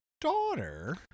daughter